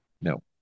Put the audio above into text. No